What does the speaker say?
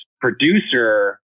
producer